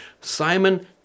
Simon